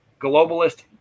globalist